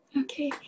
Okay